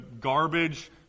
garbage